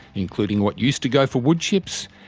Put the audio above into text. including what used to go for woodchips,